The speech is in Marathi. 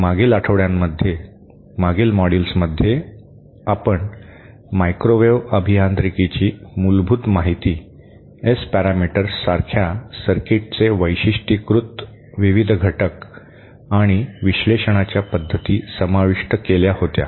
मागील आठवड्यांमध्ये मागील मॉड्यूल्समध्ये आम्ही मायक्रोवेव्ह अभियांत्रिकीची मूलभूत माहिती एस पॅरामीटर्स सारख्या सर्किटचे वैशिष्ट्यीकृत विविध घटक आणि विश्लेषणाच्या पद्धती समाविष्ट केल्या होत्या